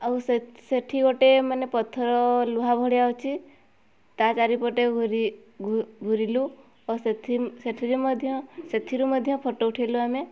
ଆଉ ସେଠି ଗୋଟେ ମାନେ ପଥର ଲୁହା ଭଳିଆ ଅଛି ତା ଚାରିପଟେ ଘୁରି ଘୁରିଲୁ ଓ ସେଠିରେ ମଧ୍ୟ ସେଥିରୁ ମଧ୍ୟ ଫଟୋ ଉଠାଇଲୁ ଆମେ